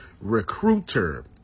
Recruiter